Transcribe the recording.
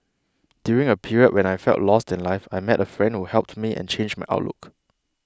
during a period when I felt lost in life I met a friend who helped me and changed my outlook